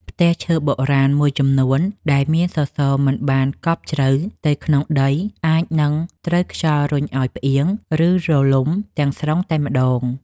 ផ្ទះឈើបុរាណមួយចំនួនដែលមានសសរមិនបានកប់ជ្រៅទៅក្នុងដីអាចនឹងត្រូវខ្យល់រុញឱ្យផ្អៀង ឬរលំទាំងស្រុងតែម្តង។